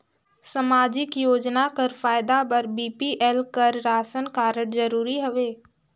समाजिक योजना कर फायदा बर बी.पी.एल कर राशन कारड जरूरी हवे?